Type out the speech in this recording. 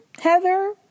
Heather